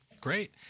great